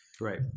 Right